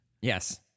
Yes